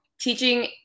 teaching